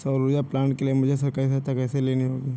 सौर ऊर्जा प्लांट के लिए मुझे सरकारी सहायता कैसे लेनी होगी?